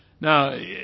Now